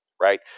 Right